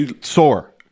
sore